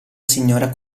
signora